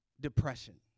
Depression